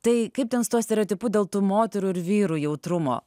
tai kaip ten su tuo stereotipu dėl tų moterų ir vyrų jautrumo